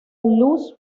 luz